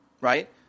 right